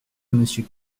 monsieur